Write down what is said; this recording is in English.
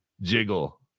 jiggle